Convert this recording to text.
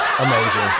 Amazing